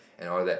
and all that